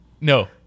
No